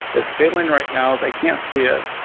it's failing right now. they can't see it.